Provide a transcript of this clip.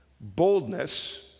Boldness